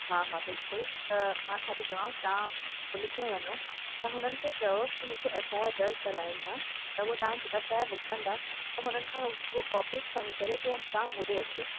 हा हा बिल्कुलु त मां छा थी चवां तव्हां पुलिस में वञो तव्हां हुननि खे चओ की मूंखे एफ आई आर दर्जु कराइणी आहे त हूअ तव्हांजी एफ आई आर लिखंदा त हुननि खां हूअ कॉपी खणी तव्हां मूं ॾे अचो